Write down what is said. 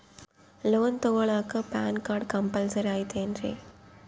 Loan ತೊಗೊಳ್ಳಾಕ PAN card compulsory ಐಯ್ತೇನ್ರಿ?